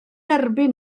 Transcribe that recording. erbyn